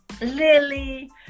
Lily